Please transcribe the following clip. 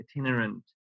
itinerant